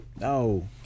No